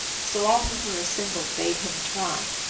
so all who were assembled bade him try.